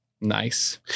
Nice